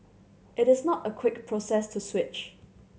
it is not a quick process to switch